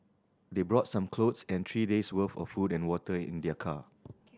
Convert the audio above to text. they brought some clothes and three days' worth of food and water in their car